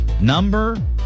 number